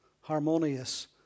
harmonious